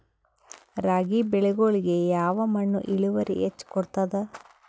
ರಾಗಿ ಬೆಳಿಗೊಳಿಗಿ ಯಾವ ಮಣ್ಣು ಇಳುವರಿ ಹೆಚ್ ಕೊಡ್ತದ?